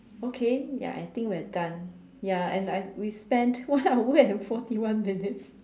okay ya I think we're done ya and I we've spent one hour and forty one minutes